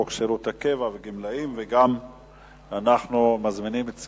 אני קובע שהצעת חוק שירות הקבע בצבא-הגנה לישראל (גמלאות) (תיקון מס'